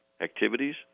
activities